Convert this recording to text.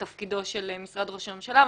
תפקידו של משרד ראש הממשלה,